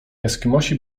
eskimosi